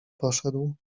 poszedł